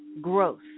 growth